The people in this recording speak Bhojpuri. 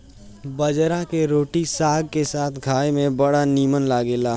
बजरा के रोटी साग के साथे खाए में बड़ा निमन लागेला